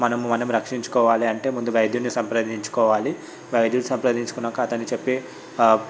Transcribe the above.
మనము మనం రక్షించుకోవాలి అంటే ముందు వైద్యున్ని సంప్రదించుకోవాలి వైద్యుని సంప్రదించుకున్నాక అతను చెప్పే